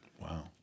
Wow